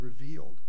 revealed